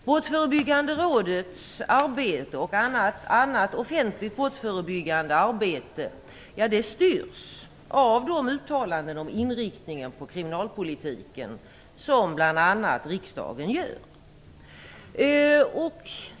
Brottsförebyggande rådets arbete och annat offentligt brottsförebyggande arbete styrs av de uttalanden om inriktningen på kriminalpolitiken som bl.a. riksdagen gör.